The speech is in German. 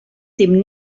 dem